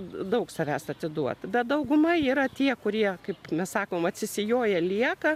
daug savęs atiduoti bet dauguma yra tie kurie kaip mes sakom atsisijoję lieka